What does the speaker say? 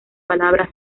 palabra